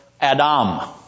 Adam